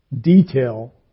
detail